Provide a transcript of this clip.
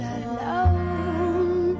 alone